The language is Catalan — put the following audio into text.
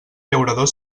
llaurador